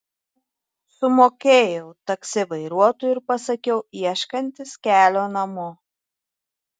sumokėjau taksi vairuotojui ir pasakiau ieškantis kelio namo